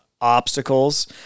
obstacles